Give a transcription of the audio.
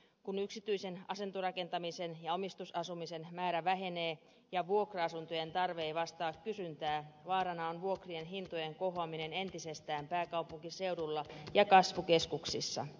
kun yksityisen asuntorakentamisen ja omistusasumisen määrä vähenee ja vuokra asuntojen tarve ei vastaa kysyntää vaarana on vuokrien hintojen kohoaminen entisestään pääkaupunkiseudulla ja kasvukeskuksissa